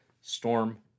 Storm